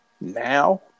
now